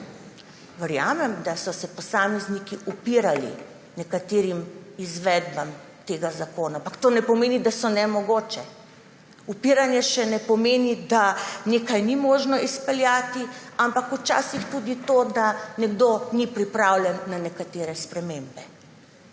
Verjamem, da so se posamezniki upirali nekaterim izvedbam tega zakona, ampak to ne pomeni, da so nemogoče. Upiranje še ne pomeni, da nekaj ni možno izpeljati, ampak včasih tudi to, da nekdo ni pripravljen na nekatere spremembe.